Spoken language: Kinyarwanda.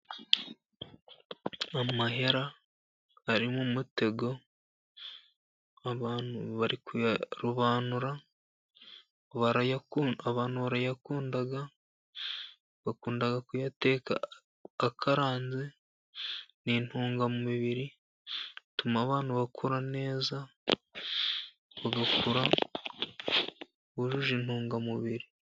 Amahera ari mu mutego abantu bari kuyarobanura, abantu barayakunda bakunda kuyateka akaranze, ni intungamubiri ituma abantu bakura neza, bagakura bujuje intungamubiri.